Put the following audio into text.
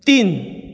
तीन